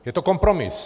Je to kompromis.